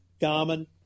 Garmin